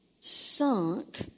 sunk